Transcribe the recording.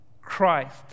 Christ